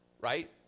right